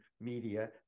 media